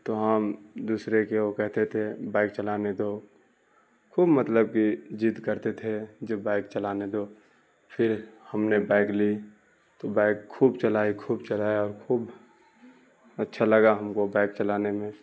تو ہم دوسرے کو کہتے تھے بائک چلانے دو خوب مطلب کہ ضد کرتے تھے جو بائک چلانے دو پھر ہم نے بائک لی تو بائک خوب چلایی خوب چلایا اور خوب اچھا لگا ہم کو بائک چلانے میں